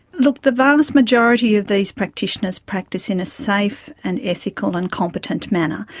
look, the vast majority of these practitioners practice in a safe and ethical and competent manner,